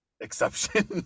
exception